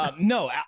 No